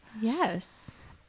yes